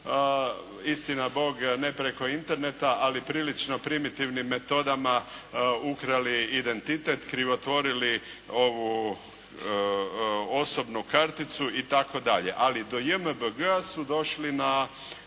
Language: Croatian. istina Bog ne preko Interneta, ali prilično primitivnim metodama ukrali identitet, krivotvorili osobnu karticu itd., ali do JMBG-a su došli preko